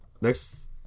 Next